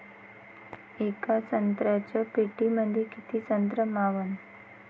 येका संत्र्याच्या पेटीमंदी किती संत्र मावन?